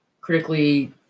critically